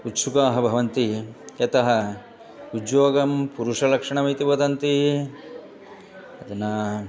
उत्सुकाः भवन्ति यतः उद्योगं पुरुषलक्षणमिति वदन्ति अधुना